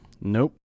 Nope